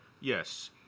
yes